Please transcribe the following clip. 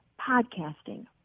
podcasting